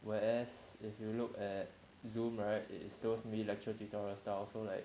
whereas if you look at zoom right it's those me lecture tutorial style so like